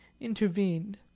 intervened